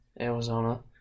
Arizona